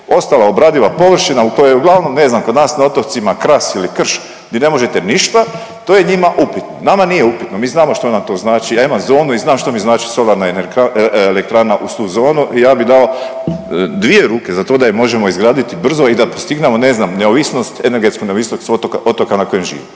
ostala obradiva površina, a to je uglavnom ne znam kod nas otocima kras ili krš di ne možete ništa to je njima upitno. Nama nije upitno, mi znamo što nam to znači, ja imam zonu i znam što mi znači solarna elektrana uz tu zonu i ja bi dao dvije ruke za to da je možemo izgraditi brzo i da postignemo ne znam neovisnost, energetsku neovisnost otoka na kojem živim,